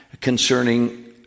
concerning